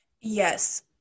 Yes